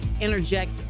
interject